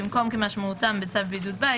(ב)במקום "כמשמעותם בצו בידוד בית"